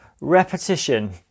repetition